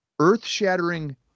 earth-shattering